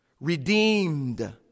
redeemed